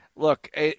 Look